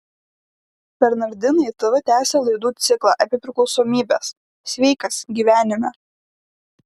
bernardinai tv tęsia laidų ciklą apie priklausomybes sveikas gyvenime